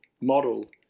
model